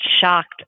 shocked